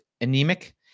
anemic